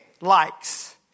likes